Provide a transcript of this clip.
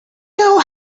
know